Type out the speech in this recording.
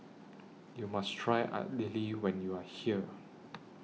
YOU must Try Idili when YOU Are here